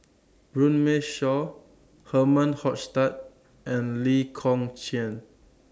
Runme Shaw Herman Hochstadt and Lee Kong Chian